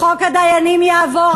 חוק הדיינים יעבור,